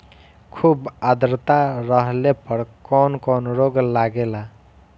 खुब आद्रता रहले पर कौन कौन रोग लागेला?